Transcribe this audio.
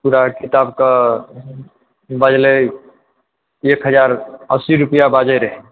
पूरा किताबके बाजलै एक हज़ार अस्सी रुपैआ बाजै रहै